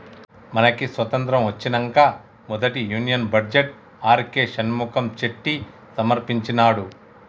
మనకి స్వతంత్రం ఒచ్చినంక మొదటి union budget RK Shanmukham Chetty సమర్పించినాడు